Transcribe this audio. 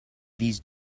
these